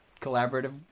collaborative